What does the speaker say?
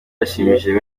yashimishije